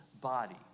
body